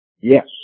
Yes